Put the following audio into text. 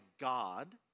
God